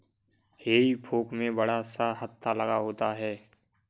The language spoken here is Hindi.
हेई फोक में बड़ा सा हत्था लगा होता है